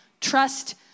Trust